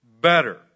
better